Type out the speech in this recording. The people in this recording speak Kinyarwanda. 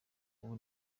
ubu